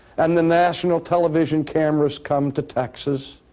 and the national television cameras come to texas,